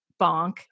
bonk